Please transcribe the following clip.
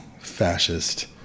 fascist